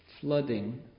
flooding